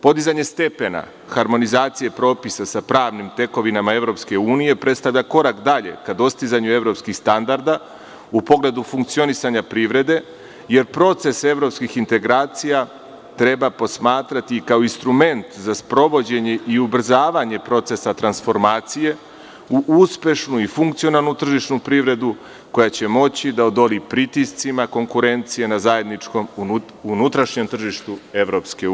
Podizanje stepena harmonizacije propisa sa pravnim tekovinama EU predstavlja korak dalje ka dostizanju evropskih standarda u pogledu funkcionisanja privrede, jer proces evropskih integracija treba posmatrati kao instrument za sprovođenje i ubrzavanje procesa transformacije u uspešnu i funkcionalnu tržišnu privredu koja će moći da odoli pritiscima konkurencije na zajedničkom unutrašnjem tržištu EU.